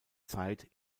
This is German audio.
zeit